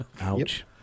Ouch